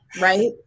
right